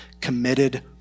committed